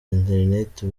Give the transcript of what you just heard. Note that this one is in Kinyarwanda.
interineti